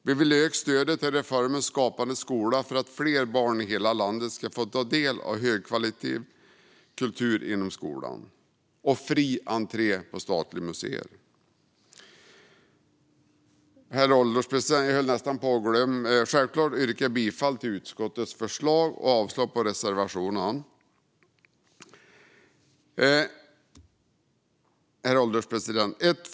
Vi vill öka stödet till reformen Skapande skola för att fler barn i hela landet ska få ta del av högkvalitativ kultur inom skolan, och vi vill ha fri entré till statliga museer. Herr ålderspresident! Jag höll nästan på att glömma: Självklart yrkar jag bifall till utskottets förslag och avslag på reservationerna. Herr ålderspresident!